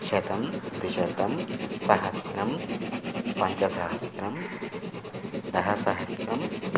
शतं द्विशतं सहस्रं पञ्चसहस्रं दशसहस्रम्